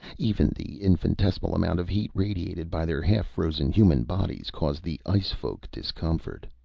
even the infinitesimal amount of heat radiated by their half-frozen human bodies caused the ice-folk discomfort.